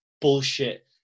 bullshit